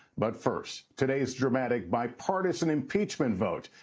but first, today's dramatic bipartisan impeachment vote.